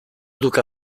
duk